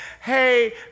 hey